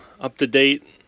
up-to-date